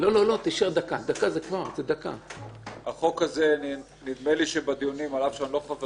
-- נדמה לי שבדיונים בחוק הזה - על אף שאני לא חבר